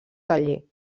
taller